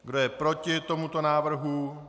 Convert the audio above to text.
Kdo je proti tomuto návrhu?